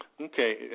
Okay